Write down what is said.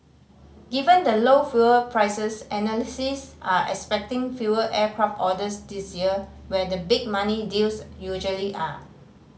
given the low fuel prices analysts are expecting fewer aircraft orders this year where the big money deals usually are